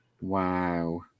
Wow